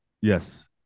yes